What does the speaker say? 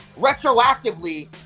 retroactively –